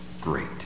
great